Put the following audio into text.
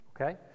Okay